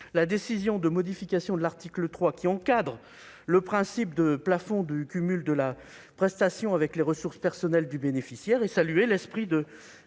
la décision de modification de l'article 3, lequel encadre le principe de plafond du cumul de la prestation avec les ressources personnelles du bénéficiaire, décision